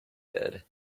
did